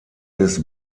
des